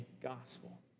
gospel